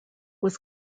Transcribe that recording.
was